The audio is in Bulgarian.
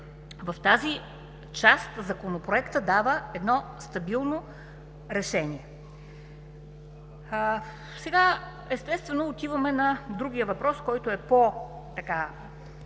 в тази част Законопроектът дава едно стабилно решение. Сега, естествено отиваме на другия въпрос, който е по-пикантен